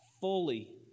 fully